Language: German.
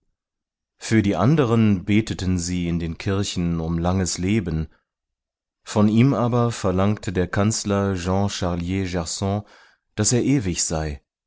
für die anderen beteten sie in den kirchen um langes leben von ihm aber verlangte der kanzler jean charlier gerson daß er ewig sei